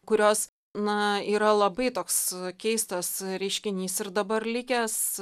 kurios na yra labai toks keistas reiškinys ir dabar likęs